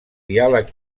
diàleg